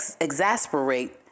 exasperate